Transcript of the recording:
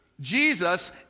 Jesus